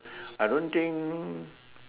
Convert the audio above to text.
I don't think